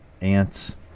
Ants